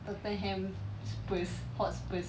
tottenham spurs hotspurs